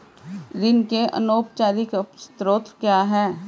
ऋण के अनौपचारिक स्रोत क्या हैं?